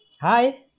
Hi